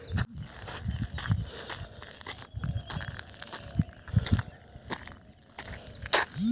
বিউলির ডাল বা কাউপিএ প্রটিলের ভরপুর ভাতের সাথে খায়